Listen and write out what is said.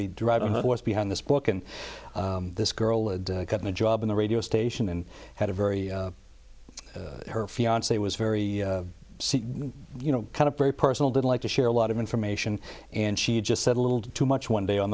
the driving force behind this book and this girl had gotten a job in the radio station and had a very her fiance was very you know kind of very personal didn't like to share a lot of information and she just said a little too much one day on